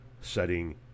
setting